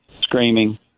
screaming